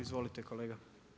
Izvolite kolega.